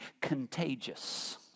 contagious